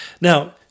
Now